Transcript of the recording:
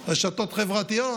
יש רשתות חברתיות: